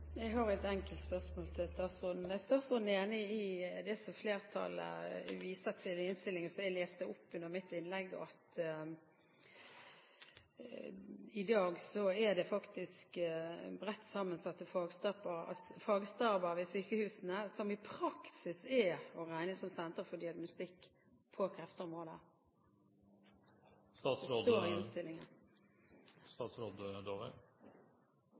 Jeg har et enkelt spørsmål til statsråden. Er statsråden enig i det som flertallet viser til i innstillingen, som jeg leste opp under mitt innlegg, at det i dag faktisk er bredt sammensatte fagstaber ved sykehusene som i praksis er å regne som senter for diagnostikk på kreftområdet? Det står i innstillingen. Statsråd